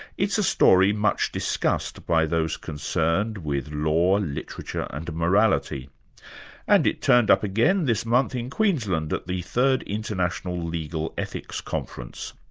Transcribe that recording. it's a story much discussed by those concerned with law, literature and morality and it turned up again this month in queensland at the third international legal ethics conference.